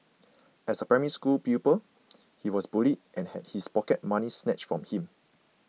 as a Primary School pupil he was bullied and had his pocket money snatched from him